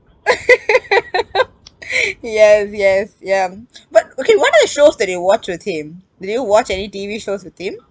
yes yes ya but okay what are the shows that you watch with him did you watch any T_V shows with him